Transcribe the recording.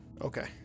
Okay